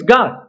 God